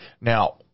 Now